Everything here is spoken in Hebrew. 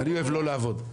אני אוהב לא לעבוד.